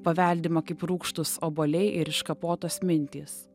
paveldima kaip rūgštūs obuoliai ir iškapotos mintys